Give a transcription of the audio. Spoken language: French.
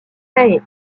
hey